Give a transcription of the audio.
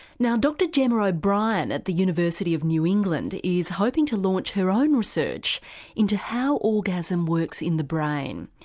now dr gemma o'brien at the university of new england is hoping to launch her own research into how orgasm works in the brain.